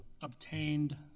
obtained